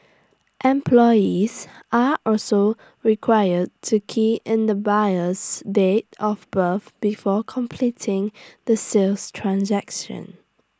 employees are also required to key in the buyer's date of birth before completing the sales transaction